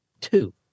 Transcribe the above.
Two